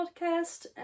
podcast